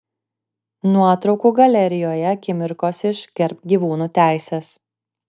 nuotraukų galerijoje akimirkos iš gerbk gyvūnų teises